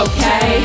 Okay